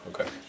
Okay